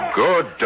good